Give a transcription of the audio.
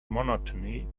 monotony